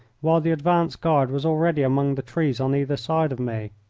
while the advance guard was already among the trees on either side of me.